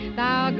thou